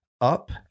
up